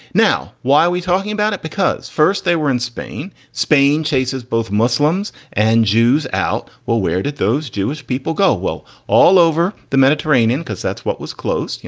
now why are we talking about it? because first they were in spain, spain, chasez, both muslims and jews out. well, where did those jewish people go? well, all over the mediterranean, because that's what was close. you